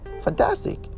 Fantastic